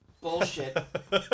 bullshit